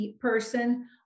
person